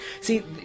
See